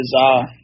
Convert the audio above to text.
bizarre